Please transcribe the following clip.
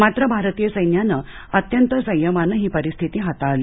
मात्र भारतीय सैन्यानं अत्यंत संयमाने ही परिस्थिती हाताळली